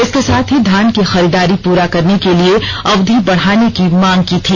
इसके साथ ही धान की खरीददारी पूरा करने के लिए अवधि बढ़ाने की मांग की थी